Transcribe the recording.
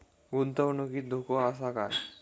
गुंतवणुकीत धोको आसा काय?